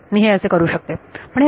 मी हे करू शकते